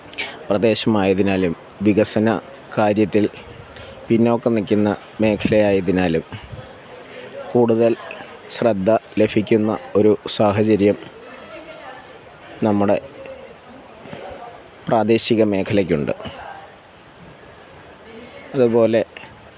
പ്രദേശമായതിനാലും വികസന കാര്യത്തില് പിന്നോക്കം നില്ക്കുന്ന മേഖലയായതിനാലും കൂട്തല് ശ്രദ്ധ ലഭിക്കുന്ന ഒരു സാഹചര്യം നമ്മുടെ പ്രാദേശിക മേഖലയ്ക്കുണ്ട് അതുപോലെ